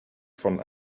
von